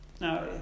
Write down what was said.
Now